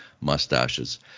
mustaches